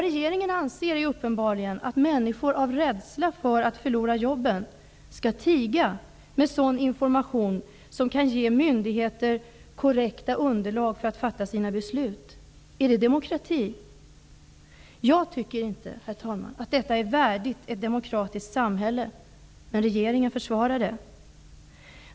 Regeringen anser uppenbarligen att människor av rädsla för att förlora jobben bör tiga med sådan information som kan ge myndigheter korrekta underlag för att fatta sina beslut. Är det demokrati? Jag tycker inte, herr talman, att detta är värdigt ett demokratiskt samhälle. Men regeringen försvarar det.